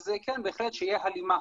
אז בהחלט שתהיה הלימה.